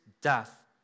death